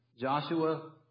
Joshua